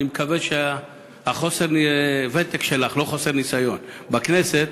אני מקווה שחוסר הוותק שלך, לא חוסר ניסיון, בכנסת